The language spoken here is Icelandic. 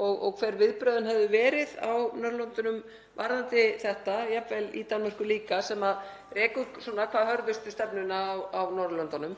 og hver viðbrögðin hefðu verið á Norðurlöndunum varðandi þetta, jafnvel í Danmörku líka sem rekur hvað hörðustu stefnuna á Norðurlöndunum.